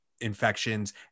infections